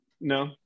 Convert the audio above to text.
no